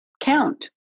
count